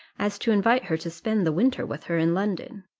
as to invite her to spend the winter with her in london.